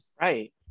Right